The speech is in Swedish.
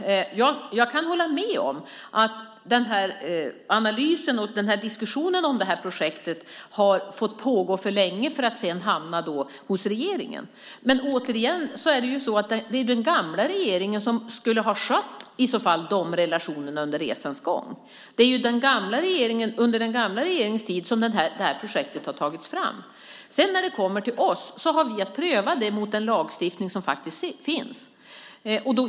Jag kan hålla med om att analysen och diskussionen om projektet fick pågå alldeles för länge för att sedan hamna hos regeringen. Men återigen är det den tidigare regeringen som i så fall skulle ha skött de relationerna under resans gång. Det var under den tidigare regeringens tid som projektet togs fram. När det sedan kom till oss hade vi att pröva det mot den lagstiftning som finns.